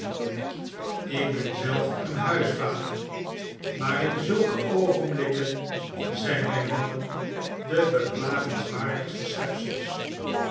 ik ben zelf huisvader maar in zulke oogenblikken zijn wij mannen de beklagenswaardigste